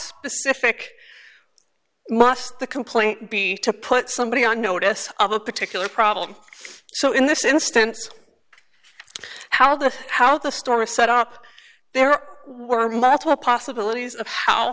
specific must the complaint be to put somebody on notice of a particular problem so in this instance how this how the story was set up there were multiple possibilities of how